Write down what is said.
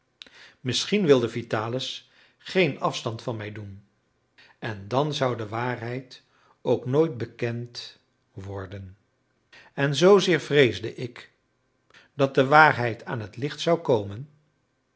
misschien wilde vitalis geen afstand van mij doen en dan zou de waarheid ook nooit bekend worden en zoozeer vreesde ik dat de waarheid aan het licht zou komen